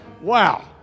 Wow